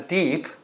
deep